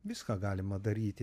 viską galima daryti